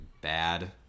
bad